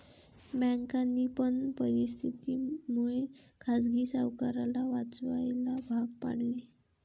बँकांनी पण परिस्थिती मुळे खाजगी सावकाराला वाचवायला भाग पाडले